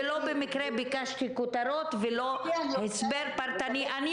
ולא במקרה ביקשתי כותרות ולא הסבר פרטני.